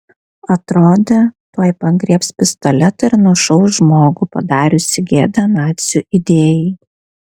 atrodė tuoj pagriebs pistoletą ir nušaus žmogų padariusį gėdą nacių idėjai